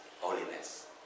holiness